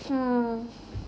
hmm